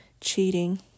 cheating